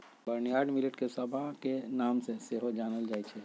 barnyard millet के समा के नाम से सेहो जानल जाइ छै